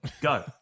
Go